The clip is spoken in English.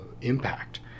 impact